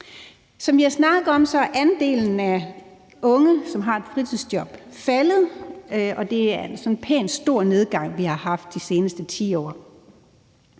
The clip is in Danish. Som vi har snakket om, er andelen af unge, som har et fritidsjob, faldet, og det er sådan en pænt stor nedgang, vi har haft de seneste 10 år.